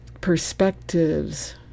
perspectives